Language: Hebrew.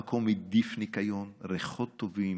המקום הדיף ניקיון, ריחות טובים.